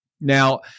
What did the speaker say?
now